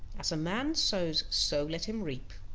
as a man sows so let him reap.